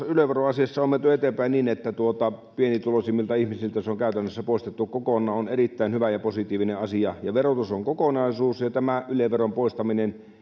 yle veroasiassa on menty eteenpäin niin että pienituloisimmilta ihmisiltä se on käytännössä poistettu kokonaan on erittäin hyvä ja positiivinen asia verotus on kokonaisuus ja ja tämä yle veron poistaminen